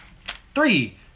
Three